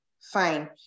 fine